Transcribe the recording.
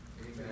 Amen